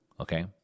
Okay